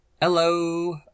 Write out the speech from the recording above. Hello